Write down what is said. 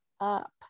up